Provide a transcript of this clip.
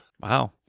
Wow